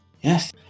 Yes